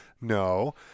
no